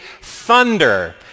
thunder